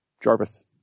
Jarvis